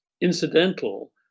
incidental